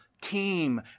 team